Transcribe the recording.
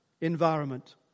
environment